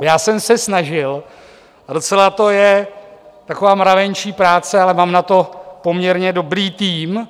Já jsem se snažil, a docela to je taková mravenčí práce, ale mám na to poměrně dobrý tým.